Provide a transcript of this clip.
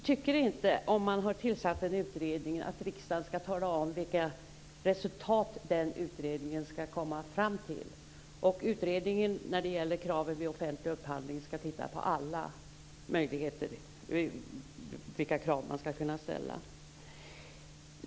Herr talman! Om man har tillsatt en utredning tycker jag inte att riksdagen skall tala om vilka resultat som den utredningen skall komma fram till. Utredningen om kraven vid offentlig upphandling skall titta på vilka krav som man skall kunna ställa.